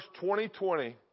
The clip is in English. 2020